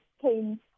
came